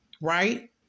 right